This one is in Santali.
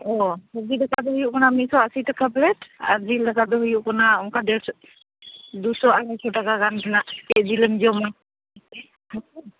ᱚᱸᱻ ᱥᱚᱵᱡᱤ ᱫᱟᱠᱟ ᱫᱚ ᱦᱩᱭᱩᱜ ᱠᱟᱱᱟ ᱢᱤᱫᱥᱚ ᱟᱥᱤ ᱴᱟᱠᱟ ᱯᱮᱞᱮᱴ ᱟᱨ ᱡᱤᱞ ᱫᱟᱠᱟ ᱫᱚ ᱦᱩᱭᱩᱜ ᱠᱟᱱᱟ ᱚᱱᱠᱟ ᱰᱮᱲᱥᱚ ᱫᱩᱥᱚ ᱟᱲᱟᱭᱥᱚ ᱴᱟᱠᱟ ᱜᱟᱱ ᱨᱮᱱᱟᱜ ᱪᱮᱫ ᱡᱤᱞᱮᱢ ᱡᱚᱢᱟ ᱦᱟᱹᱠᱩ